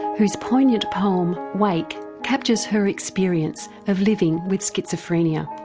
whose poignant poem wake captures her experience of living with schizophrenia.